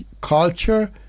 culture